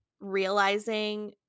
realizing